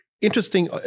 interesting